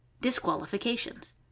Disqualifications